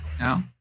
No